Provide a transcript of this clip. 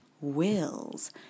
wills